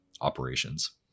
operations